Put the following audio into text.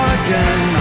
again